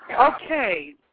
Okay